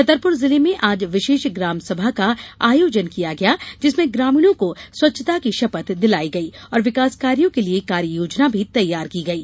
छतरपुर जिले में आज विशेष ग्राम सभा का आयोजन किया गया जिसमें ग्रामीणों को स्वच्छता की शपथ दिलायी गई और विकास कार्यो के लिये कार्य योजना भी तैयार की गयी